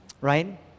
right